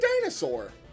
dinosaur